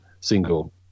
single